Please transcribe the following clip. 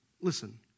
listen